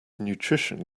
nutrition